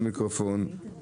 ומאוד קל למכור את הדירה.